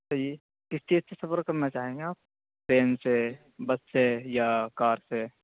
تو یہ کس چیز سے سفر کرنا چاہیں گے آپ ٹرین سے بس سے یا کار سے